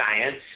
science